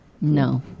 No